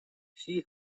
she